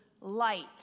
light